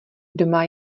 doma